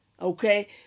Okay